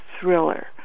thriller